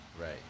Right